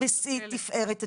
בשיא תפארת אטימותו.